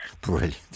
Brilliant